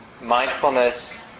Mindfulness